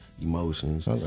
Emotions